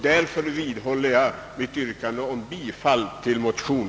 Jag vidhåller därför, herr talman, yrkandet om bifall till min motion.